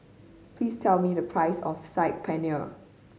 please tell me the price of Saag Paneer